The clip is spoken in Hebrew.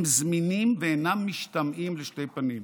הם זמינים ואינם משתמעים לשתי פנים.